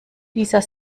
dieser